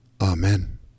Amen